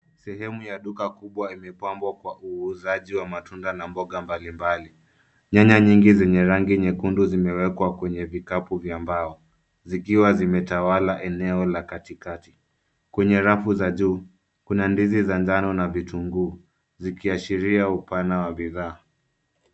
Sehemu ya duka kubwa imepambwa kwa uuzaji wa matunda na mboga mbali mbali. Nyanya nyingi zenye rangi nyekundu zimewekwa kwenye vikapu vya mbao, zikiwa zimetawala eneo la katikati. Kwenye rafu za juu, kuna ndizi za njano na vitunguu, zikiashiria upana wa bidhaa.